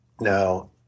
Now